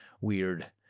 weird